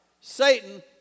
Satan